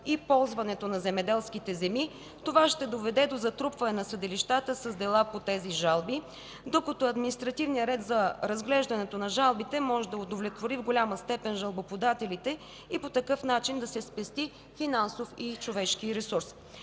и ползването на земеделските земи, това ще доведе до затрупване на съдилищата с дела по тези жалби, докато административният ред за разглеждането на жалбите може да удовлетвори в голяма степен жалбоподателите и по такъв начин да се спести финансов и човешки ресурс.